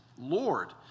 Lord